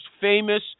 famous